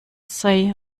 say